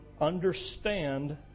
understand